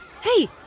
Hey